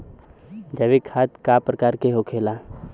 जैविक खाद का प्रकार के होखे ला?